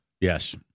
Yes